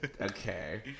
Okay